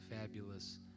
fabulous